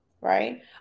right